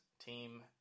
team